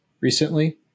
recently